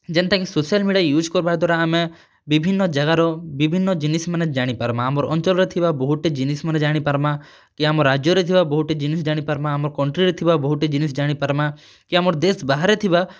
ଯେନ୍ତା କି social media use କର୍ବାର୍ ଦ୍ଵାରା ଆମେ ବିଭିନ୍ନ ଜାଗାର ବିଭିନ୍ନ ଜିନିଷ୍ମାନେ ଜାଣି ପାର୍ମା ଆମର୍ ଅଞ୍ଚଲ୍ର ଥିବା ବହୁତ୍ଟେ ଜିନିଷ୍ମାନେ ଜାଣି ପାର୍ମା କି ଆମର୍ ରାଜ୍ୟର ଥିବା ବହୁତ୍ଟେ ଜିନିଷ୍ ଜାଣି ପାର୍ମା ଆମର୍ କଣ୍ଟ୍ରିରେ ଥିବାର୍ ବହୁତ୍ଟେ ଜିନିଷ୍ ଜାଣି ପାର୍ମା କି ଆମର୍ ଦେଶ୍ ବାହାରେ ଥିବାର୍